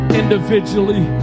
individually